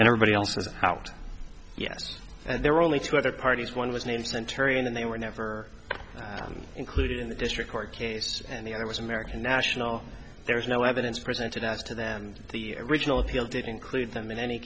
and everybody else is out yes and there were only two other parties one was named centurion and they were never included in the district court case and the other was american national there is no evidence presented as to them and the original appeal did include them in any